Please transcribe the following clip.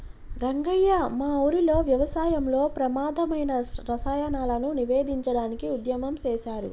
రంగయ్య మా ఊరిలో వ్యవసాయంలో ప్రమాధమైన రసాయనాలను నివేదించడానికి ఉద్యమం సేసారు